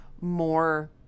more